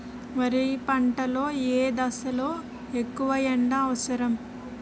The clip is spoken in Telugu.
వరి పంట లో ఏ దశ లొ ఎక్కువ ఎండా అవసరం?